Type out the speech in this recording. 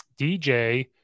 DJ